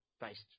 based